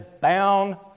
bound